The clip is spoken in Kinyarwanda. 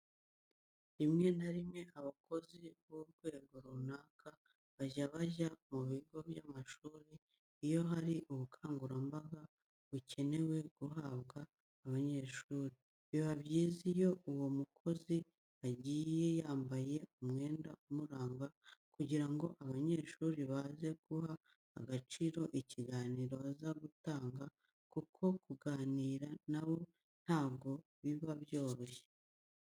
Rimwe na rimwe abakozi b'urwego runaka bajya bajya mu bigo by'amashuri iyo hari ubukangurambaga bukenewe guhabwa abanyeshuri. Biba byiza iyo uwo mukozi agiye yambaye umwenda umuranga kugira ngo abanyeshuri baze guha agaciro ikiganiro aza gutanga kuko kuganira na bo ntabwo biba byoroshye.